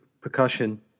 percussion